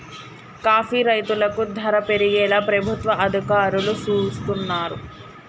coffee రైతులకు ధర పెరిగేలా ప్రభుత్వ అధికారులు సూస్తున్నారు